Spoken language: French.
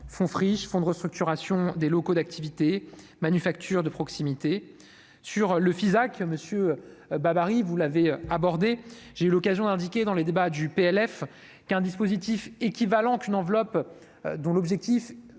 son fonds de restructuration des locaux d'activité manufacture de proximité sur le Fisac, monsieur babary, vous l'avez abordé, j'ai eu l'occasion, indiqué dans les débats du PLF qu'un dispositif équivalent qu'une enveloppe dont l'objectif